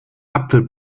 apfel